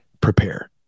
prepare